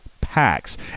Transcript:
packs